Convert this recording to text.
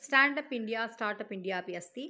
standup India startup India अपि अस्ति